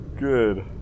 good